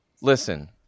listen